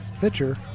pitcher